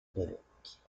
l’évêque